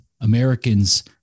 Americans-